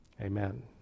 Amen